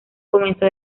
comenzó